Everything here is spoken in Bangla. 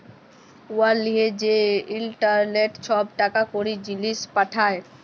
উয়ার লিয়ে যে ইলটারলেটে ছব টাকা কড়ি, জিলিস পাঠায়